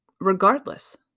regardless